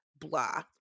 blah